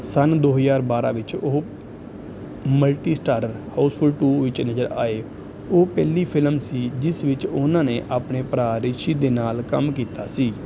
ਸੰਨ ਦੋ ਹਜ਼ਾਰ ਬਾਰਾਂ ਵਿੱਚ ਉਹ ਮਲਟੀ ਸਟਾਰਰ ਹਾਊਸਫੁਲ ਦੋ ਵਿੱਚ ਨਜ਼ਰ ਆਏ ਉਹ ਪਹਿਲੀ ਫ਼ਿਲਮ ਸੀ ਜਿਸ ਵਿੱਚ ਉਹਨਾਂ ਨੇ ਆਪਣੇ ਭਰਾ ਰਿਸ਼ੀ ਦੇ ਨਾਲ ਕੰਮ ਕੀਤਾ ਸੀ